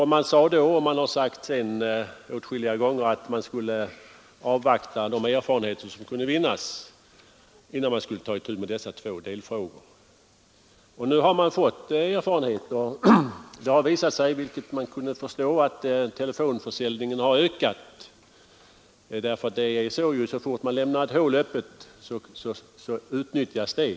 Man sade då — och det har också sagts åtskilliga gånger senare — att man skulle avvakta de erfarenheter som kunde vinnas, innan man tog itu med dessa två delfrågor. Nu har erfarenheter vunnits, och det har visat sig att telefonförsäljningen har ökat starkt. Det är ju alltid på det sättet att så fort man lämnar ett hål öppet, så utnyttjas det.